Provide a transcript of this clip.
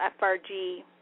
FRG